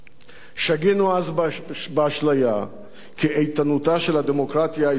שגינו אז באשליה כי איתנותה של הדמוקרטיה הישראלית